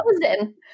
frozen